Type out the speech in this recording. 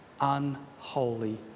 unholy